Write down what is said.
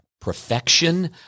perfection